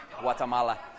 Guatemala